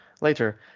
later